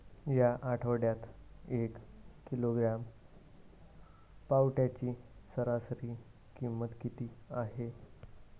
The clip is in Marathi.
या आठवड्यात एक किलोग्रॅम पावट्याची सरासरी किंमत किती आहे?